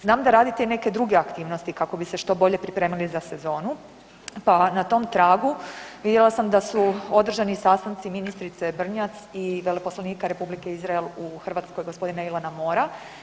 Znam da radite i neke druge aktivnosti kako bi se što bolje pripremili za sezonu, pa na tom tragu vidjela sam da su održani i sastanci ministrice Brnjac i veleposlanika Republike Izrael u Hrvatskoj g. Ilana Mora.